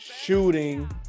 shooting